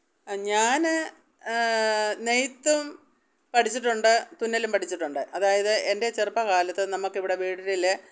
ഞാൻ നെയ്ത്തും പഠിച്ചിട്ടുണ്ട് തുന്നലും പഠിച്ചിട്ടുണ്ട് അതായത് എന്റെ ചെറുപ്പകാലത്ത് നമ്മൾക്ക് ഇവിടെ വീട്ടിൽ